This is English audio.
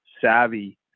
savvy